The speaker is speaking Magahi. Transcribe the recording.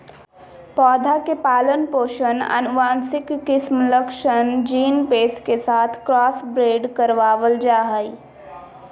पौधा के पालन पोषण आनुवंशिक किस्म लक्षण जीन पेश के साथ क्रॉसब्रेड करबाल जा हइ